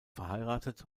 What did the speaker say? verheiratet